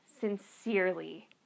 sincerely